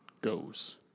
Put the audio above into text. goes